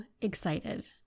excited